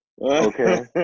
Okay